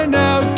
now